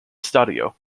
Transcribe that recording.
stadio